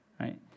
Right